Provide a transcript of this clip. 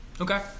Okay